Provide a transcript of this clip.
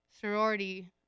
sorority